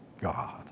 God